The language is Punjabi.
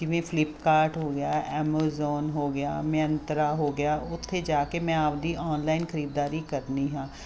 ਜਿਵੇਂ ਫਲਿਪ ਕਾਰਟ ਹੋ ਗਿਆ ਐਮਾਜ਼ੋਨ ਹੋ ਗਿਆ ਮਿੰਤਰਾ ਹੋ ਗਿਆ ਉੱਥੇ ਜਾ ਕੇ ਮੈਂ ਆਪਦੀ ਓਨਲਾਈਨ ਖਰੀਦਦਾਰੀ ਕਰਦੀ ਹਾਂ